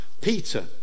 Peter